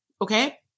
Okay